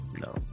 no